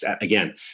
Again